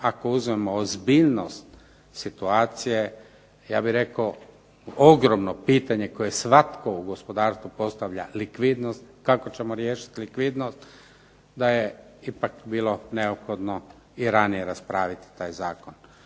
ako uzmemo ozbiljnost situacije ja bih rekao ogromno pitanje koje svatko u gospodarstvu postavlja likvidnost, kako ćemo riješiti likvidnost, da je ipak bilo neophodno i ranije raspraviti taj zakon.